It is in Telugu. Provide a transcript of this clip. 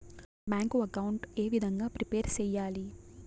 బ్యాంకు అకౌంట్ ఏ విధంగా ప్రిపేర్ సెయ్యాలి?